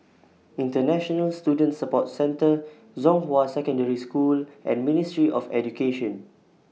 International Student Support Centre Zhonghua Secondary School and Ministry of Education